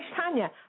Tanya